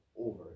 over